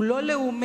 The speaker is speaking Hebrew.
הוא לא לאומי,